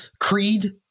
Creed